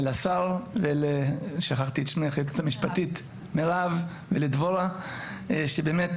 לשר, ליועצת המשפטית מירב ולדבורה שבאמת